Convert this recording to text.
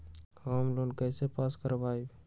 Home loan कैसे pass कर बाबई?